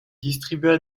distribua